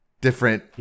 different